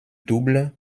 double